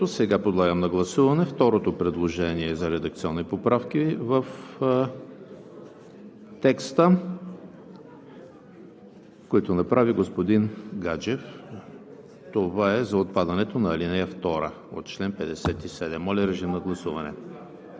ал. 4. Гласували 106 народни представители: за 87, против няма, въздържали се 19. Предложението е прието. Подлагам на гласуване второто предложение за редакционни поправки в текста,